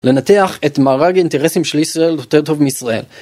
לנתח את מארג האינטרסים של ישראל, יותר טוב מישראל.